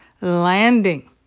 landing